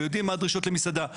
ויודעים מהם הדרישות למסעדה.